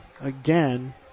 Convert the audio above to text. again